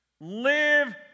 Live